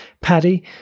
Paddy